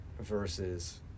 versus